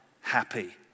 happy